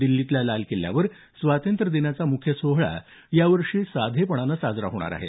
दिल्लीतल्या लाल किल्ल्यावर स्वातंत्र्यादनाचा मुख्य सोहळा यावर्षी साधेपणानं साजरा होणार आहे